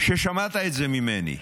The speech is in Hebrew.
ששמעת את זה ממני,